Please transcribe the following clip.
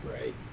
Right